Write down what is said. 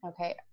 okay